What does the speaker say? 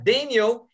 Daniel